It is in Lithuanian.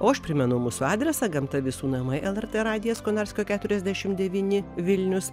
o aš primenu mūsų adresą gamta visų namai lrt radijas konarskio keturiasdešimt devyni vilnius